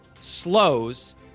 slows